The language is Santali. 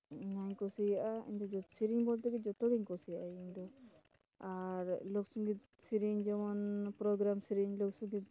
ᱚᱱᱟᱧ ᱠᱩᱥᱤᱭᱟᱜᱼᱟ ᱤᱧᱫᱚ ᱥᱮᱨᱮᱧ ᱵᱚᱞᱛᱮ ᱜᱮ ᱡᱚᱛᱚ ᱜᱮᱧ ᱠᱩᱥᱤᱭᱟᱜᱼᱟ ᱤᱧᱫᱚ ᱟᱨ ᱞᱳᱠᱥᱚᱝᱜᱤᱛ ᱥᱮᱨᱮᱧ ᱡᱮᱢᱚᱱ ᱯᱨᱳᱜᱨᱟᱢ ᱥᱮᱨᱮᱧ ᱞᱳᱠᱥᱚᱝᱜᱤᱛ